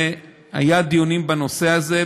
והיו דיונים בנושא הזה.